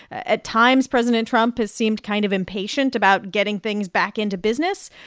at times, president trump has seemed kind of impatient about getting things back into business.